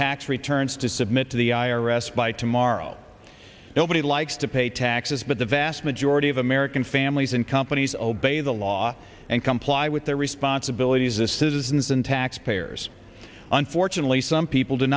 tax returns to submit to the i r s by tomorrow nobody likes to pay taxes but the vast majority of american families and companies obey the law and comply with their responsibilities as citizens and taxpayers unfortunately some people d